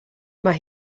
mae